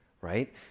right